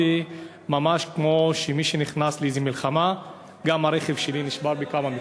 וממש כמו שמישהו נכנס למלחמה גם הרכב שלי נשבר בכמה מקומות,